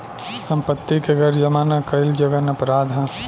सम्पत्ति के कर जामा ना कईल जघन्य अपराध ह